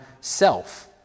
self